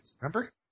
Remember